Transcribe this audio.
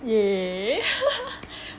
yeah